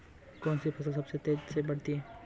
कौनसी फसल सबसे तेज़ी से बढ़ती है?